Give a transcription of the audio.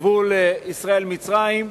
בגבול ישראל מצרים,